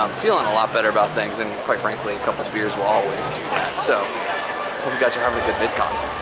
um feeling a lot better about things and quite frankly, a couple beers will always do that. so hope you guys are having a good vidcon!